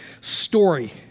story